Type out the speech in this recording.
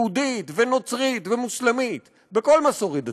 יהודית ונוצרית ומוסלמית, בכל מסורת דתית.